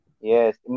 Yes